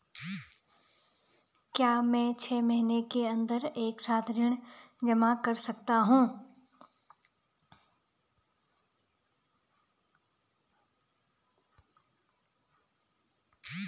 क्या मैं छः महीने के अन्दर एक साथ ऋण जमा कर सकता हूँ?